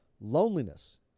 loneliness